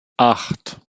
acht